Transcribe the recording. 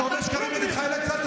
אתה אומר שקרים נגד חיילי צה"ל,